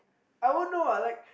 I won't know what like